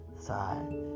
side